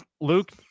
Luke